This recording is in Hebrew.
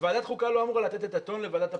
ועדת חוקה לא אמורה לתת את הטון לוועדת הפנים.